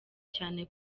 cyane